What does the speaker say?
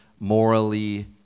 morally